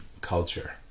culture